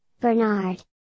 Bernard